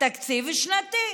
תקציב שנתי,